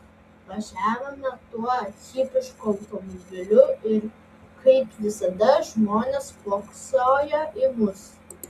važiavome tuo hipišku automobiliu ir kaip visada žmonės spoksojo į mus